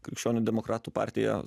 krikščionių demokratų partija